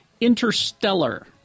Interstellar